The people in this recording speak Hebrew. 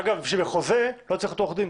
אגב, בשביל חוזה לא צריך להיות עורך דין.